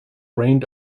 reigned